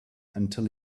until